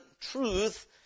truth